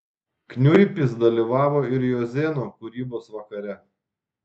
kniuipis dalyvavo ir jozėno kūrybos vakare